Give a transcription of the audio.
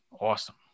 awesome